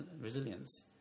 resilience